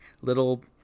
little